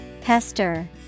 pester